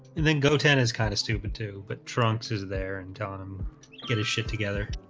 and then go ten is kind of stupid too, but trunks is there and telling him get his shit together